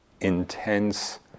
intense